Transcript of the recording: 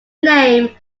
name